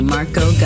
Marco